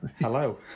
hello